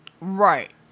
Right